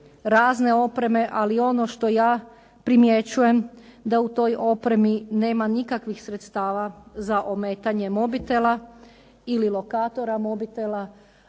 razna opreme, ali ono što ja primjećujem da u toj opremi nema nikakvih sredstava za ometanje mobitela ili lokatora mobitela.